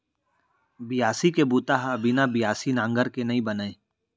बियासी के बूता ह बिना बियासी नांगर के नइ बनय